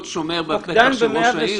להיות שומר --- של ראש העיר?